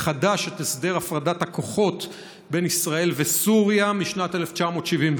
את הסדר הפרדת הכוחות בין ישראל לסוריה משנת 1974,